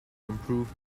improve